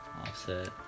Offset